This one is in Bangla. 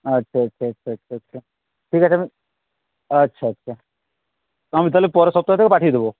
আচ্ছা আচ্ছা আচ্ছা আচ্ছা আচ্ছা ঠিক আছে আমি আচ্ছা আচ্ছা আমি তাহলে পরের সপ্তাহ থেকে পাঠিয়ে দেব